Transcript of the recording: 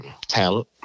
Talent